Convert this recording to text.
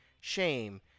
shame